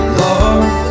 love